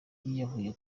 yiyahuye